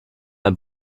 ein